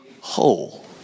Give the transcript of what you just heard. whole